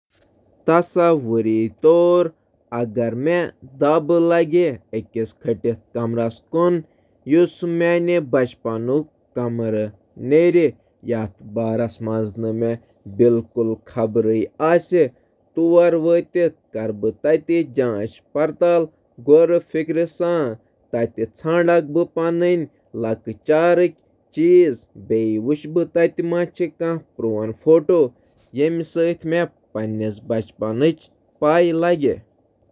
تصور کٔرِو، اگر بہٕ پننِس لۄکچارٕ کِس کمرَس منٛز أکِس ژوٗرِمِس کمرَس منٛز ٹھوکر کھسان یُس نہٕ مےٚ زانٛہہ پتاہ اوس۔ بہٕ کَرٕ پرٛژھ گٲر تہٕ بہٕ ژھانٛڑٕ پنٕنۍ لۄکچارٕچ تصویٖر تہٕ باقٕے چیز۔